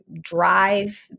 drive